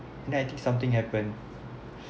then I think something happen